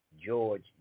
George